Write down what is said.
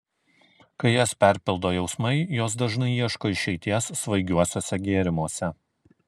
kai jas perpildo jausmai jos dažnai ieško išeities svaigiuosiuose gėrimuose